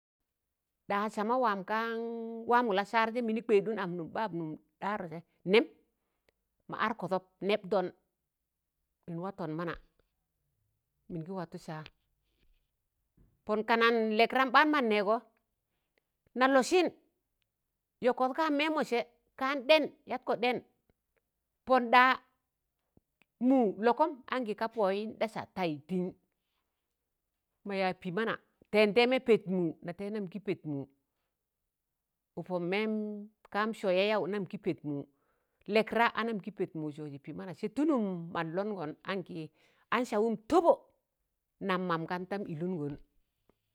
ɗaa sama waam gan waamọ Lasaarjem mini kẹwẹdụn am nụm ɓap nụm ɗaroje nem maad kọdọk nebtọn watọn mana mingi watụ saa pọn kanan lekram baan mọn neegọ na lọsin yọkọd kan memọsẹ kan dẹn yatkọ dẹn pọn daa mụụ Lọkọm anki ka pọyin dasa tai tiṇ, mayaa pi mana tẹndẹmẹ pet mụụ natẹijẹ nam ki pẹt mụụ ụpụm mẹẹm kaam sọ ya- yaụ nnam ki pẹt mụụ Lẹkra anam ki pẹt mụụ Lẹkra anam ki pẹt mụụ sọọji pi mana sẹ tụlụm man lọngọn anki an sawụm tọbọ nam mam kantam iLụngọn.